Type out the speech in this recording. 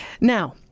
Now